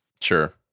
Sure